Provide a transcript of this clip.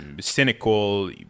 cynical